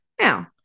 Now